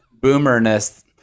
boomerness